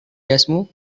jasmu